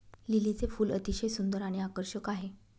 लिलीचे फूल अतिशय सुंदर आणि आकर्षक आहे